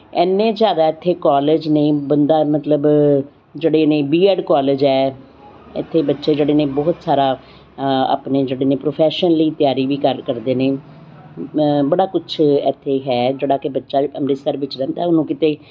ਇੰਨੇ ਜ਼ਿਆਦਾ ਇੱਥੇ ਕਾਲਜ ਨੇ ਬੰਦਾ ਮਤਲਬ ਜਿਹੜੇ ਨੇ ਬੀਐਡ ਕਾਲਜ ਹੈ ਇੱਥੇ ਬੱਚੇ ਜਿਹੜੇ ਨੇ ਬਹੁਤ ਸਾਰਾ ਆਪਣੇ ਜਿਹੜੇ ਨੇ ਪ੍ਰੋਫੈਸ਼ਨਲੀ ਤਿਆਰੀ ਵੀ ਕਰ ਕਰਦੇ ਨੇ ਬੜਾ ਕੁਛ ਇੱਥੇ ਹੈ ਜਿਹੜਾ ਕਿ ਬੱਚਾ ਅੰਮ੍ਰਿਤਸਰ ਵਿੱਚ ਰਹਿੰਦਾ ਉਹਨੂੰ ਕਿਤੇ